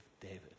David